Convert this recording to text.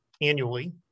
annually